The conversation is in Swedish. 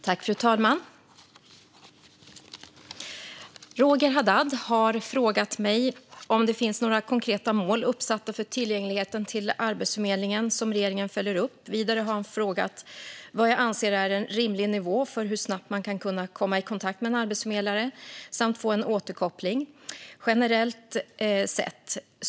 Svar på interpellationer Fru talman! Roger Haddad har frågat mig om det finns några konkreta mål uppsatta för tillgängligheten till Arbetsförmedlingen som regeringen följer upp. Vidare har han frågat vad jag anser är en rimlig nivå för hur snabbt man ska kunna komma i kontakt med en arbetsförmedlare samt få en återkoppling, generellt sett.